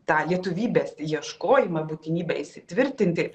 tą lietuvybės ieškojimą būtinybę įsitvirtinti